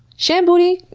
shan boody!